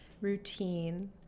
routine